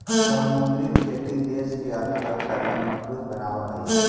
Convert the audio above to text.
समुद्री खेती देश के अर्थव्यवस्था के मजबूत बनाब हई